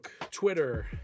Twitter